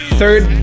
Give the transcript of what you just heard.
third